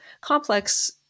complex